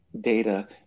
data